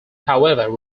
however